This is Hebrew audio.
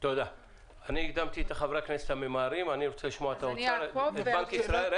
אני רוצה לשמוע את האוצר ואת בנק ישראל.